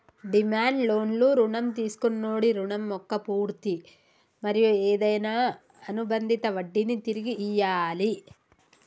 demand లోన్లు రుణం తీసుకొన్నోడి రుణం మొక్క పూర్తి మరియు ఏదైనా అనుబందిత వడ్డినీ తిరిగి ఇయ్యాలి